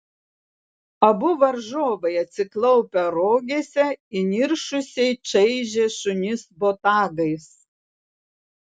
abu varžovai atsiklaupę rogėse įniršusiai čaižė šunis botagais